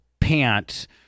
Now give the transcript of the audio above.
pants